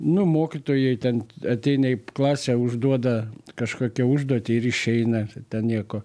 nu mokytojai ten ateina į klasę užduoda kažkokią užduotį ir išeina ten nieko